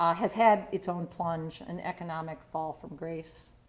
um has had its own plunge and economic fall from grace.